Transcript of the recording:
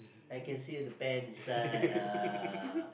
I can see the pants inside ah